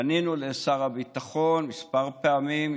פנינו לשר הביטחון כמה פעמים.